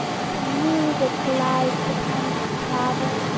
smooth it glides upon its travel,